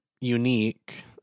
unique